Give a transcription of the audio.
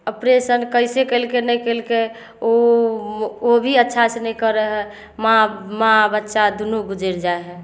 दोऑपरेशन कैसे केलकै नहि केलकै उ ओ भी अच्छा से नै करय हय माँ माँ बच्चा दुनू गुजैर जाय हय